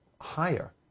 higher